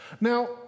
Now